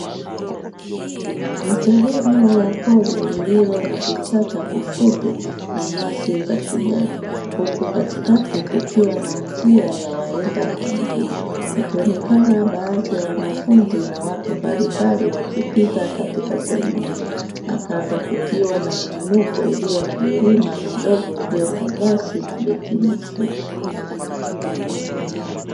Ni sehemu ya pori lililo na vichaka vifupi na nyasi za kijani, huku katikati kukiwa na njia ya waenda kwa miguu wakionekana baadhi ya wanafunzi na watu mbalimbali wakipita katika sehemu hiyo. Na kando kukiwa na miinuko iliyo na milima midogo iliyo na nyasi na miti mifupi.